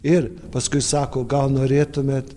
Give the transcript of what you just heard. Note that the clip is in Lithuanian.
ir paskui sako gal norėtumėt